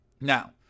now